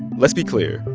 let's be clear.